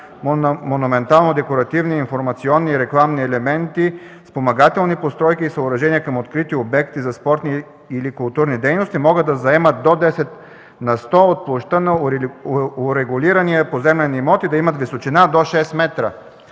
монументално-декоративни и информационни рекламни елементи, спомагателни постройки и съоръжения към открити обекти за спортни или културни дейности, могат да заемат до 10 на сто от площта на урегулирания поземлен имот и да имат височина до 6 метра.